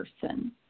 person